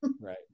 Right